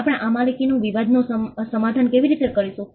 આપણે આ માલિકીના વિવાદનુ સમાધાન કેવી રીતે કરીશું